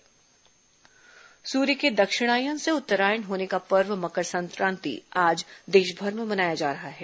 मकर संक्रांति सूर्य के दक्षिणायण से उत्तरायण होने का पर्व मकर संक्रांति आज देशभर में मनाया जा रहा है